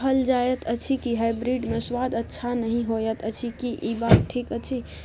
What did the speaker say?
कहल जायत अछि की हाइब्रिड मे स्वाद अच्छा नही होयत अछि, की इ बात ठीक अछि?